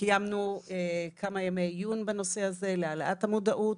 קיימנו כמה ימי עיון בנושא הזה להעלאת המודעות.